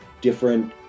different